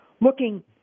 looking